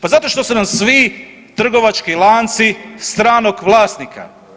Pa zato što su nam svi trgovački lanci stranog vlasnika.